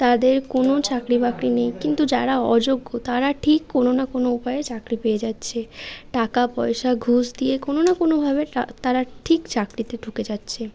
তাদের কোনো চাকরি বাকরি নেই কিন্তু যারা অযোগ্য তারা ঠিক কোনো না কোনো উপায়ে চাকরি পেয়ে যাচ্ছে টাকা পয়সা ঘুষ দিয়ে কোনো না কোনোভাবে টা তারা ঠিক চাকরিতে ঢুকে যাচ্ছে